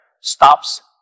stops